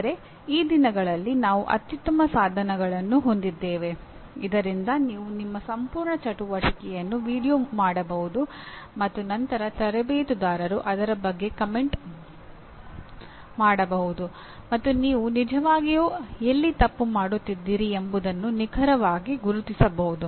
ಆದರೆ ಈ ದಿನಗಳಲ್ಲಿ ನಾವು ಅತ್ಯುತ್ತಮ ಸಾಧನಗಳನ್ನು ಹೊಂದಿದ್ದೇವೆ ಇದರಿಂದ ನೀವು ನಿಮ್ಮ ಸಂಪೂರ್ಣ ಚಟುವಟಿಕೆಯನ್ನು ವೀಡಿಯೊ ಮಾಡಬಹುದು ಮತ್ತು ನಂತರ ತರಬೇತುದಾರರು ಅದರ ಬಗ್ಗೆ ವಿಮರ್ಶಿಸಬಹುದು ಮತ್ತು ನೀವು ನಿಜವಾಗಿಯೂ ಎಲ್ಲಿ ತಪ್ಪು ಮಾಡುತ್ತಿದ್ದೀರಿ ಎಂಬುದನ್ನು ನಿಖರವಾಗಿ ಗುರುತಿಸಬಹುದು